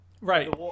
Right